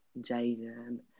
Jaden